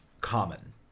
common